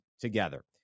together